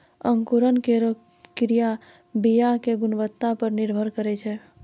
अंकुरन केरो क्रिया बीया क गुणवत्ता पर निर्भर करै छै